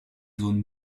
zones